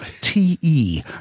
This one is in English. T-E